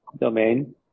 domain